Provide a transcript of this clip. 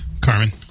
Carmen